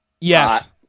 Yes